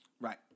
right